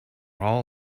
all